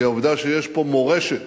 העובדה שיש פה מורשת,